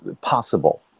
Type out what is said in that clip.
possible